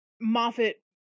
Moffat